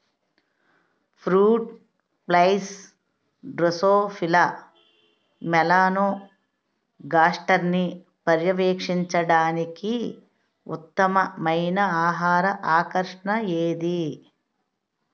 Fruit flies Drosophila మెలనోగాస్టర్ని పర్యవేక్షించడానికి ఉత్తమమైన ఆహార ఆకర్షణ ఏది?